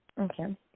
Okay